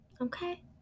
Okay